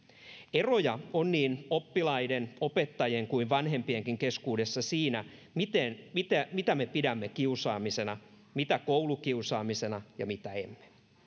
eroja on niin oppilaiden opettajien kuin vanhempienkin keskuudessa siinä mitä me pidämme kiusaamisena mitä koulukiusaamisena ja mitä emme